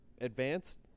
advanced